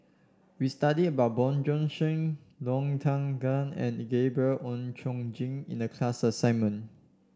we studied about Bjorn Shen Low Thia Khiang and Gabriel Oon Chong Jin in the class assignment